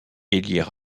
ailier